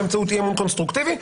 באמצעות אי-אמון קונסטרוקטיבי,